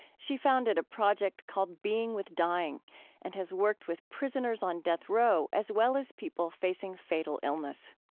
she founded a project called being with dying and has worked with prisoners on death row as well as people facing fatal illness